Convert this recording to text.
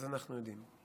אז אנחנו יודעים.